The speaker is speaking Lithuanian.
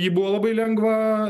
jį buvo labai lengva